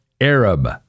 Arab